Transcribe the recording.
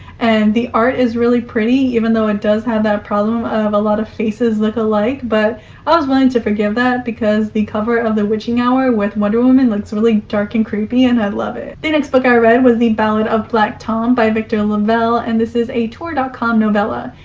and the art is really pretty, even though it does have that problem of a lot of faces look alike, ah like but ah was willing to forgive that because the cover of the witching hour with wonder woman looks really dark and creepy and i love it. the next book i read was the ballad of black tom by victor lavalle, and this is a tor dot com novella.